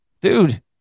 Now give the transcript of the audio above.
dude